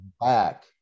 back